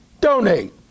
Donate